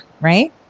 right